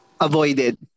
avoided